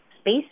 space